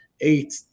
eight